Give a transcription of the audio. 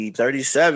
37